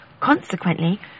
Consequently